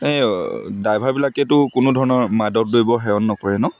এই ড্ৰাইভাৰবিলালেতো কোনো ধৰণৰ মাদকদ্ৰব্য সেৱন নকৰে ন